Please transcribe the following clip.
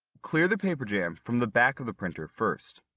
clear the paper jam from the back of the printer first.